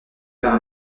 par